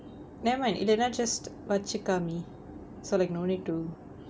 never mind இல்லனா:illanaa just வச்சி காண்மி:vachi kaanmi so like no need to